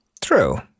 True